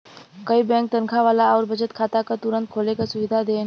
कई बैंक तनखा वाला आउर बचत खाता क तुरंत खोले क सुविधा देन